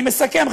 אני מסכם,